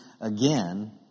again